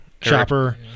Chopper